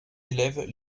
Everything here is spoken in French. élèves